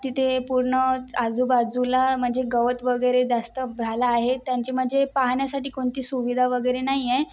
तिथे पूर्णच आजूबाजूला म्हणजे गवत वगैरे जास्त झालं आहे त्यांची म्हणजे पाहण्यासाठी कोणती सुविधा वगैरे नाही आहे